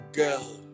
girl